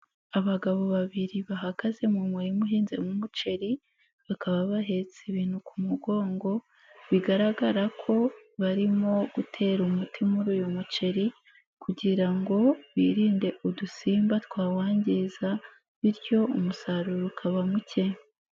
Abagabo babiri bahagaze mu murima uhinzemo umuceri, bakaba bahetse ibintu ku mugongo, bigaragara ko barimo gutera umuti muri uyu muceri kugira ngo birinde udusimba twawangiza bityo umusaruro ukaba muke.